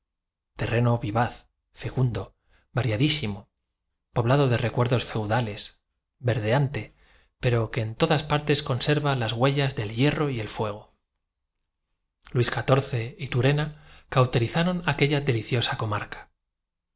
terreno vivaz fecundo variadísimo poblado de recuerdos feudales puntiagudos tejados de salientes vigas las escalas de madera las ga verdeante pero que en todas partes conserva las huellas del hierro y lerías de mil viviendas apacibles y las barcas que en el puerto se ba el fuego luis xiv y turena cauterizaron aqueua deliciosa comarca